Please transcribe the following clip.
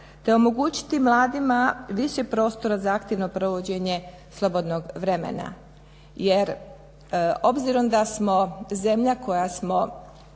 te omogućiti mladima više prostora za aktivno provođenje slobodnog vremena jer obzirom da smo zemlja koja smo